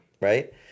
right